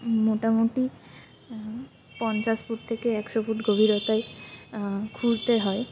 মোটামুটি পঞ্চাশ ফুট থেকে একশো ফুট গভীরতায় খুঁড়তে হয়